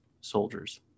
soldiers